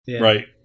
Right